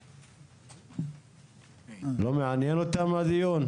הדיון לא מענין אותם?